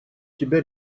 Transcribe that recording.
тебя